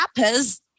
rappers